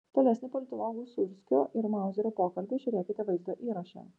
tolesnį politologų sūrskio ir mauzerio pokalbį žiūrėkite vaizdo įraše